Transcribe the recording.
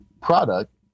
product